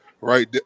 right